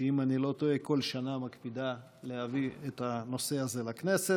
שאם אני לא טועה בכל שנה היא מקפידה להביא את הנושא הזה לכנסת.